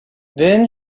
then